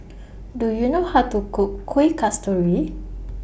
Do YOU know How to Cook Kuih Kasturi